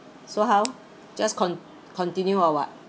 so how just con~ continue or what